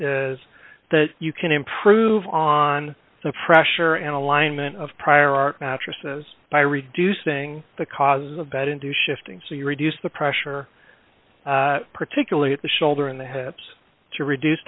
is that you can improve on the pressure and alignment of prior art mattresses by reducing the cause of bed into shifting so you reduce the pressure particularly at the shoulder in the hips to reduce